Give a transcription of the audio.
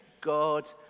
God